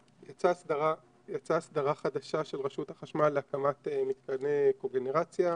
יצאה הסדרה חדשה של רשות החשמל ל הקמת מתקני קוגנרציה,